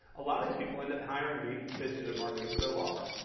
a lot of these people end up hiring me to do their marketing for their law firm.